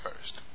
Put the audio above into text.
first